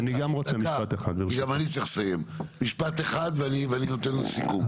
משפט אחד ואני נותן לו סיכום.